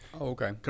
okay